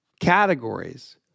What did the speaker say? categories